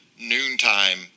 noontime